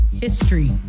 history